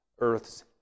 Earth's